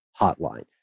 Hotline